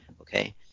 okay